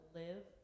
live